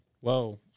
Whoa